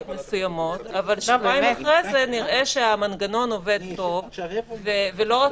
מסוימות אבל שבועיים אחרי זה נראה שהמנגנון עובד טוב ולא רק